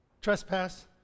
trespass